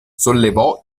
sollevò